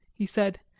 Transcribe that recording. he said,